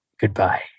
Goodbye